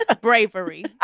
Bravery